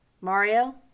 Mario